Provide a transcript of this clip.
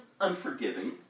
unforgiving